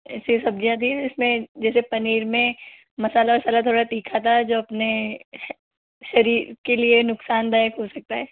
ऐसी सब्जियाँ थी जिस में जैसे पनीर में मसाला वसाला थोड़ा तीखा था जो अपने शरीर के लिए नुकसानदायक हो सकता है